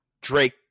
Drake